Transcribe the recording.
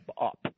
up